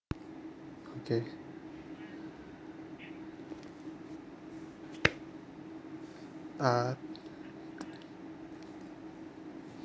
okay uh